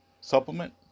supplement